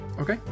Okay